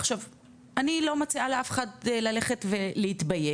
עכשיו אני לא מציעה לאף אחד ללכת ולהתבייש,